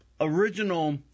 original